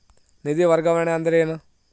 ನಿಧಿ ವರ್ಗಾವಣೆ ಅಂದರೆ ಏನು?